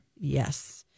yes